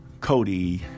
Cody